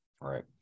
Right